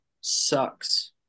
sucks